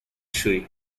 shui